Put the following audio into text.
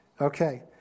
Okay